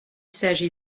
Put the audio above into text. s’agit